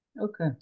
Okay